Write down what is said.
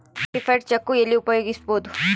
Certified cheque ಎಲ್ಲಿ ಉಪಯೋಗಿಸ್ಬೋದು?